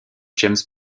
james